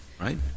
right